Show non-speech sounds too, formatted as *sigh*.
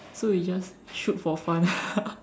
so we just shoot for fun *laughs*